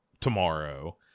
tomorrow